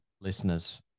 listeners